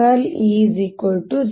ಮತ್ತು curl E 0